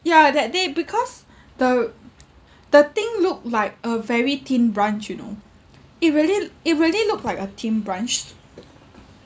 ya that day because the the thing look like a very thin branch you know it really it really looked like a thin branch